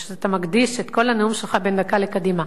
כשאתה מקדיש את כל הנאום שלך, בן דקה, לקדימה.